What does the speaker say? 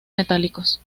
metálicos